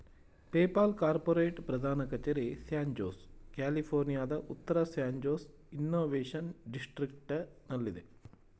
PayPal corporate ಪ್ರಧಾನ ಕಚೇರಿ San, ಕ್ಯಾಲಿಫೋರ್ನಿಯಾದ ಉತ್ತರ ಸ್ಯಾನ್ ಜೋಸ್ ಇನ್ನೋವೇಶನ್ ಡಿಸ್ಟ್ರಿಕ್ಟನಲ್ಲಿದೆ